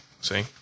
See